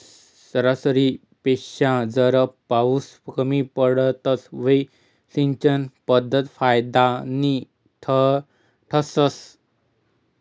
सरासरीपेक्षा जर पाउस कमी पडत व्हई ते सिंचन पध्दत फायदानी ठरस